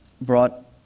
brought